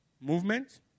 Movement